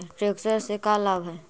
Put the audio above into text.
Tractor से का लाभ है?